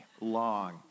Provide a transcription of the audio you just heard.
long